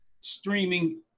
streaming